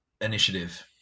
Initiative